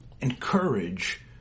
encourage